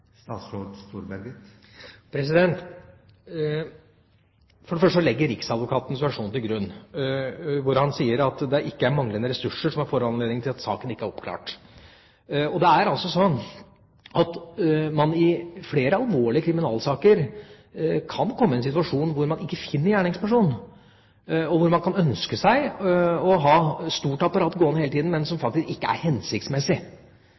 For det første ligger riksadvokatens versjon til grunn, hvor han sier at det ikke er manglende ressurser som er foranledningen til at saken ikke er oppklart. Det er sånn at man i flere alvorlige kriminalsaker kan komme i en situasjon hvor man ikke finner gjerningspersonen, og hvor man kan ønske seg å ha et stort apparat gående hele tiden, men hvor det faktisk ikke er hensiktsmessig.